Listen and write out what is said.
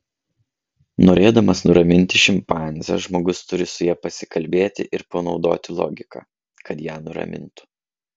norėdamas nuraminti šimpanzę žmogus turi su ja pasikalbėti ir panaudoti logiką kad ją nuramintų